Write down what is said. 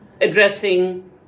addressing